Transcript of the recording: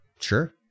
sure